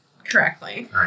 correctly